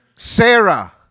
Sarah